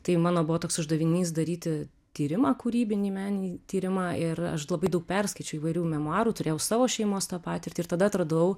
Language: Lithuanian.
tai mano buvo toks uždavinys daryti tyrimą kūrybinį meninį tyrimą ir aš labai daug perskaičiau įvairių memuarų turėjau savo šeimos tą patirtį ir tada atradau